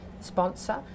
sponsor